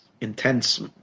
intense